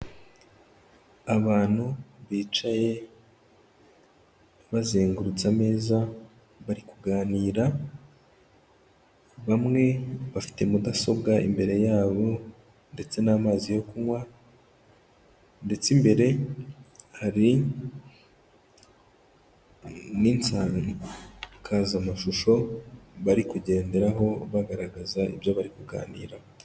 Abantu bicaye bazengurutse ameza, bari kuganira. Bamwe bafite mudasobwa imbere yabo ndetse n'amazi yo kunywa, ndetse imbere hari n'insakazamashusho bari kugenderaho, bagaragaza ibyo bari kuganiraho.